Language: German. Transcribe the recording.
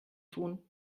tun